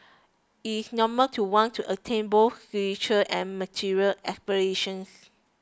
it is normal to want to attain both spiritual and material aspirations